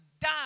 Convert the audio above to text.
die